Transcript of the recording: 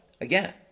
again